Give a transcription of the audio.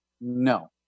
No